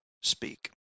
speak